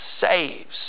saves